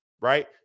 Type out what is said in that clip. right